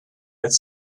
with